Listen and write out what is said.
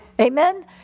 Amen